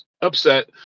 upset